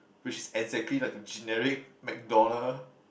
which is exactly like a generic McDonald